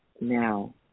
now